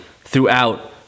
throughout